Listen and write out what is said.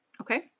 okay